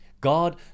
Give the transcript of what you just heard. God